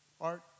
Art